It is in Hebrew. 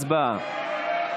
הצבעה.